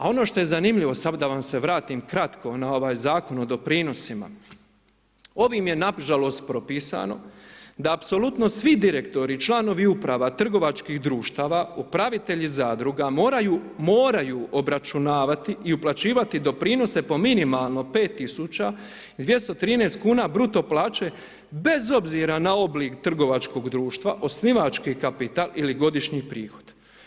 A ono što je zanimljivo, samo da vam se vratim kratko na ovaj zakon o doprinosima, ovim je nažalost propisano da apsolutno svi direktori, članovi uprava trgovačkih društava, upravitelji zadruga moraju, moraju obračunavati i uplaćivati doprinose po minimalno 5.213 kuna bruto plaće bez obzira na oblik trgovačkog društva, osnivački kapital ili godišnji prihod.